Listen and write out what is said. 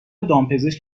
دامپزشک